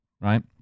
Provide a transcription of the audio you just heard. right